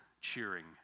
cheering